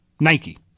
Nike